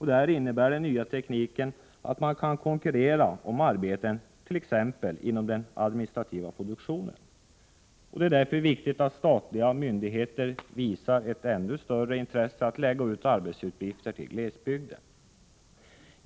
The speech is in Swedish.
Här innebär den nya tekniken att man kan konkurrera om arbeten inom t.ex. den administrativa produktionen. Det är därför viktigt att statliga myndigheter visar ett ännu större intresse att lägga ut arbetsuppgifter till glesbygden.